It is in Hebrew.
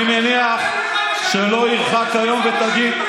אני מניח שלא ירחק היום ותגיד,